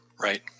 Right